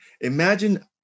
Imagine